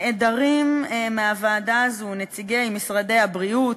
נעדרים מהוועדה הזאת נציגי משרדי הבריאות